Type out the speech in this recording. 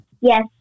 Yes